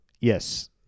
Yes